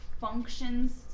functions